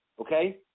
Okay